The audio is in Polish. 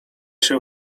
się